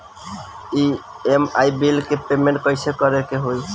EMI bill के payment कइसे करे के होई?